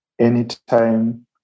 anytime